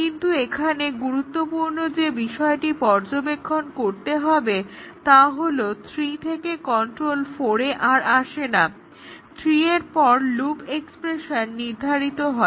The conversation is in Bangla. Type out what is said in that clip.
কিন্তু এখানে গুরুত্বপূর্ণ যে বিষয়টি পর্যবেক্ষণ করতে হবে তা হলো 3 থেকে কন্ট্রোল 4 এ আর আসে না 3 এর পর লুপ এক্সপ্রেশন নির্ধারিত হয়